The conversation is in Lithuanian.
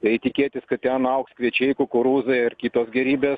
reik tikėtis kad ten augs kviečiai kukurūzai ar kitos gėrybės